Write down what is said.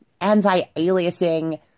anti-aliasing